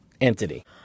entity